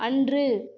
அன்று